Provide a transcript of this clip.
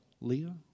Leah